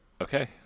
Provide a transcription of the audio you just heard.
okay